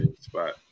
spot